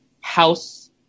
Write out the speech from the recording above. house